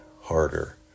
harder